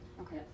Okay